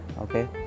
okay